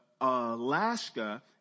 Alaska